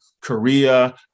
Korea